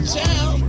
tell